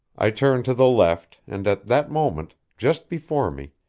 i turned to the left, and at that moment, just before me,